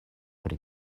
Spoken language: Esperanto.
pri